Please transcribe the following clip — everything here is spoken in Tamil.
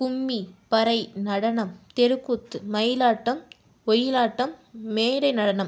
கும்மி பறை நடனம் தெருக்கூத்து மயிலாட்டம் ஒயிலாட்டம் மேடை நடனம்